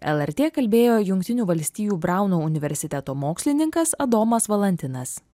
lrt kalbėjo jungtinių valstijų brauno universiteto mokslininkas adomas valantinas